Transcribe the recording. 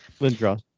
Lindros